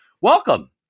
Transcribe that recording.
Welcome